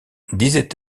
disait